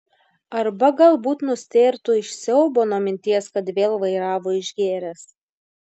arba galbūt nustėrtų iš siaubo nuo minties kad vėl vairavo išgėręs